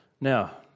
Now